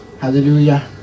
Hallelujah